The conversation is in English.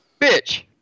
Bitch